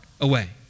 away